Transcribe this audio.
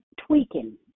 tweaking